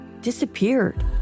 disappeared